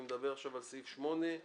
אני מדבר עכשיו על סעיף 8(1):